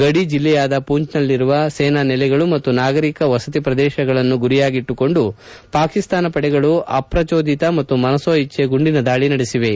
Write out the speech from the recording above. ಗಡಿ ಜಿಲ್ಲೆಯಾದ ಪೂಂಚ್ನಲ್ಲಿರುವ ಸೇನಾ ನೆಲೆಗಳು ಮತ್ತು ನಾಗರಿಕ ವಸತಿ ಪ್ರದೇಶಗಳನ್ನು ಗುರಿಯಾಗಿಟ್ಲುಕೊಂಡು ಪಾಕಿಸ್ತಾನ ಪಡೆಗಳು ಅಪ್ರಚೋದಿತ ಮತ್ತು ಮನಸೋ ಇಜ್ಲೆ ಗುಂಡಿನ ದಾಳಿ ನಡೆಸಿವೆ